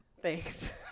thanks